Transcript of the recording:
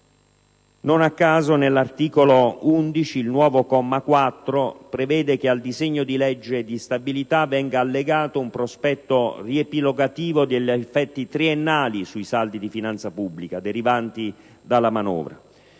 comma 4 dell'articolo 11 prevede che al disegno di legge di stabilità venga allegato un prospetto riepilogativo degli effetti triennali sui saldi di finanza pubblica derivanti dalla manovra.